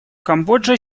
камбоджа